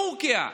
בטורקיה,